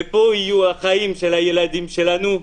ופה יהיו החיים של הילדים שלנו.